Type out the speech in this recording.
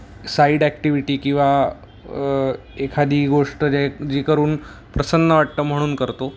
side activity किंवा एखादी गोष्ट जे जे करून प्रसन्न वाटतं म्हणून करतो